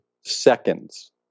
seconds